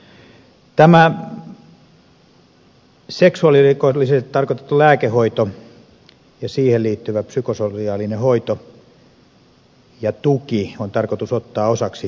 tämä seksuaalirikollisille tarkoitettu lääkehoito ja siihen liittyvä psykososiaalinen hoito ja tuki on tarkoitus ottaa osaksi rikosoikeudellista seuraamusjärjestelmää